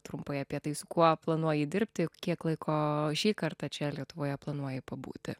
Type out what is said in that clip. trumpai apie tai su kuo planuoji dirbti kiek laiko šį kartą čia lietuvoje planuoji pabūti